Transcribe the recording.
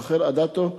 רחל אדטו,